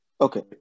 Okay